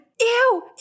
Ew